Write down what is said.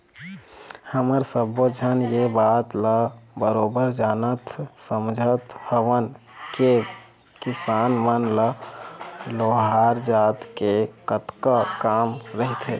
हमन सब्बे झन ये बात ल बरोबर जानत समझत हवन के किसान मन ल लोहार जात ले कतका काम रहिथे